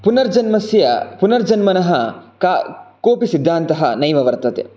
पुनर्जन्मस्य पुनर्जन्मनः कोपि सिद्धान्तः नैव वर्तते